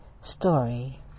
story